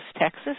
Texas